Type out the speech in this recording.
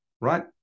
right